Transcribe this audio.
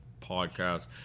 podcast